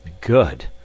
good